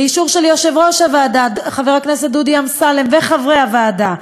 באישור של יושב-ראש הוועדה חבר הכנסת דודי אמסלם וחברי הוועדה.